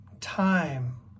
time